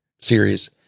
series